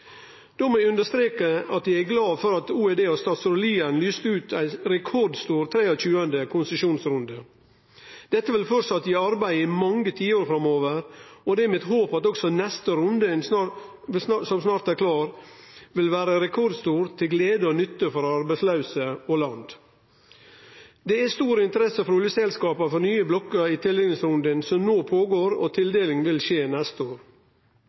Då må eg understreke at eg er glad for at OED og statsråd Lien lyste ut ein rekordstor 23. konsesjonsrunde. Dette vil framleis gi arbeid i mange tiår framover, og det er mitt håp at også neste runde, som snart er klar, vil vere rekordstor, til glede og nytte for arbeidslause og land. Det er stor interesse frå oljeselskapa for nye blokkar i tildelingsrunden som no føregår, og tildeling vil skje neste år.